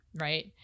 right